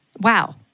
Wow